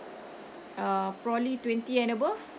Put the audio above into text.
uh probably twenty and above